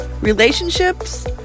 relationships